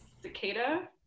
cicada